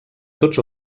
tots